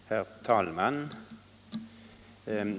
Herr talman!